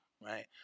right